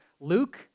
Luke